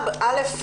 א.